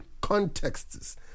Contexts